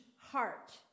heart